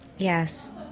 Yes